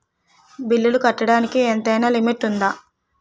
బిల్లులు కట్టడానికి ఎంతైనా లిమిట్ఉందా?